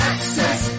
Access